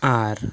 ᱟᱨ